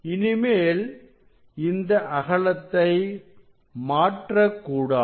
இனிமேல் இந்த அகலத்தை மாற்றக்கூடாது